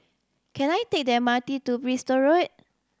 can I take the M R T to Bristol Road